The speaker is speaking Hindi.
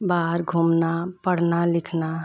बाहर घूमना पढ़ना लिखना